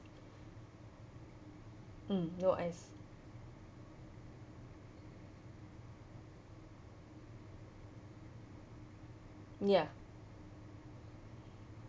mm no ice ya